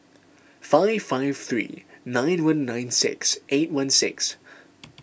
five five three nine one nine six eight one six